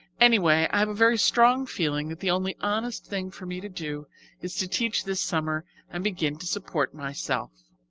anyway, i have a very strong feeling that the only honest thing for me to do is to teach this summer and begin to support myself.